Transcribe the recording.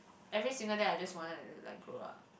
every single day I just wanted like grow up